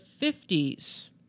50s